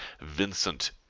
Vincent